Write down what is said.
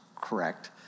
correct